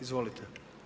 Izvolite.